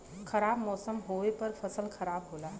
खराब मौसम होवे पर फसल खराब होला